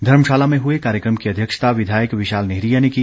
धर्मशाला में हए कार्यक्रम की अध्यक्षता विधायक विशाल नेहरिया ने की